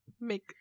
make